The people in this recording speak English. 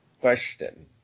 question